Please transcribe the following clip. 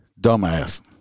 dumbass